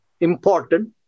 important